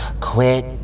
quit